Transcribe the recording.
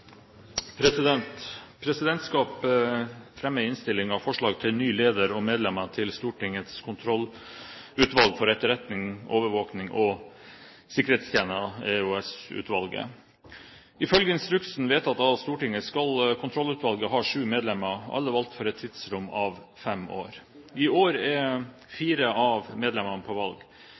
måte. Presidentskapet fremmer i innstillingen forslag til ny leder og medlemmer til Stortingets kontrollutvalg for etterretnings-, overvåkings- og sikkerhetstjeneste – EOS-utvalget. Ifølge instruksen vedtatt av Stortinget skal kontrollutvalget ha sju medlemmer, alle valgt for et tidsrom på fem år. I år er fire av medlemmene på valg.